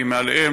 אם מעליה,